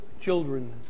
children